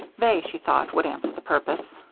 they, she thought, would answer the purpose.